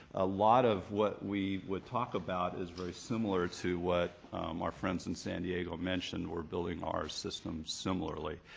a lot of what we would talk about is very similar to what our friends in san diego mentioned. we're building our system similarly.